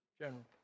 General